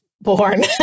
born